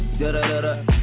Da-da-da-da